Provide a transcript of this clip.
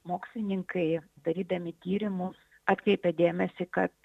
mokslininkai darydami tyrimus atkreipia dėmesį kad